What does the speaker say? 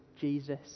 Jesus